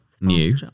New